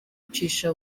kwicisha